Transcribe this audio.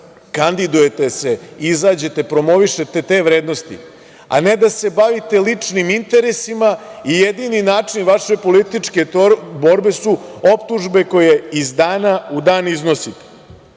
kandidujete se, izađete, promovišete te vrednosti, a ne da se bavite ličnim interesima i jedini način vaše političke borbe su optužbe koje iz dana u dan iznosite. Drugo,